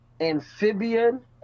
amphibian